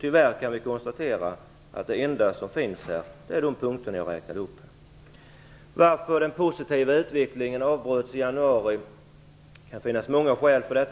Tyvärr kan vi konstatera att det enda som finns är de punkter som jag har räknat upp. Varför avbröts den positiva utvecklingen i januari? Det kan finnas många skäl till det.